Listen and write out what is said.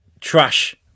trash